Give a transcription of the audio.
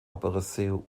apareceu